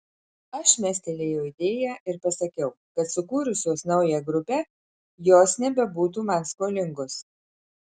aš mestelėjau idėją ir pasakiau kad sukūrusios naują grupę jos nebebūtų man skolingos